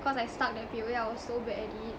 cause I sucked at P_O_A I was so bad at it